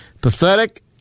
Pathetic